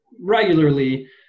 regularly